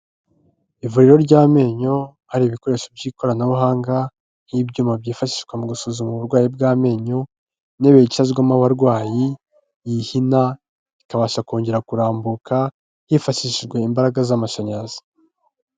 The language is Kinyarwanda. Ivuriro ry'amenyo hari ibikoresho by'ikoranabuhanga, nk'ibyuma byifashishwa mu gusuzuma uburwayi bw'amenyo, intebe yicazwamo abarwayi yihina, ikabasha kongera kurambuka hifashishijwe imbaraga z'amashanyarazi.